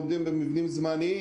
הילדים שם לומדים במבנים זמניים.